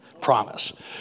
Promise